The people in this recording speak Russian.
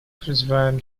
призываем